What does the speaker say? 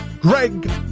Greg